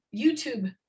YouTube